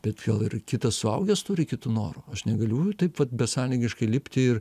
bet vėl ir kitas suaugęs turi kitų norų aš negaliu jų taip vat besąlygiškai lipti ir